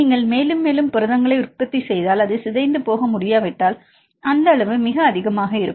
நீங்கள் மேலும் மேலும் புரதங்களை உற்பத்தி செய்தால் அது சிதைந்து போக முடியாவிட்டால் அந்த அளவு மிக அதிகமாக இருக்கும்